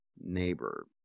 neighbor